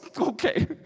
okay